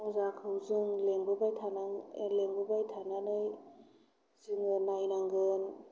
अजाखौ जों लिंबोबाय थानानै जोङो नायनांगोन